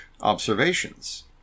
observations